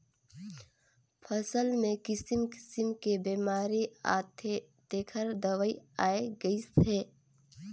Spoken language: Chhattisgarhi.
फसल मे किसिम किसिम के बेमारी आथे तेखर दवई आये गईस हे